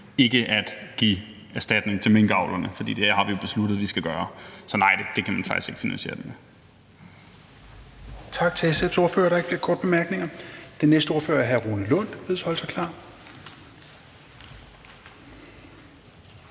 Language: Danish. ikke at give erstatning til minkavlerne, for det har vi jo besluttet at gøre. Så nej, det kan man ikke finansiere det med.